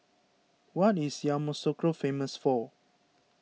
what is Yamoussoukro famous for